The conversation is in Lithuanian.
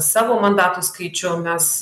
savo mandatų skaičių mes